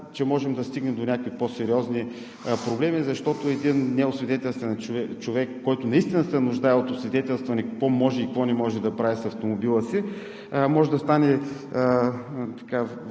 че можем да стигнем до някакви по-сериозни проблеми, защото един неосвидетелстван човек, който наистина се нуждае от освидетелстване какво може и какво не може да прави с автомобила си, може да станат